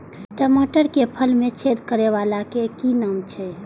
टमाटर के फल में छेद करै वाला के कि नाम छै?